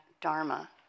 Dharma